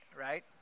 right